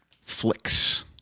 Flicks